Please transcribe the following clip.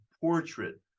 portrait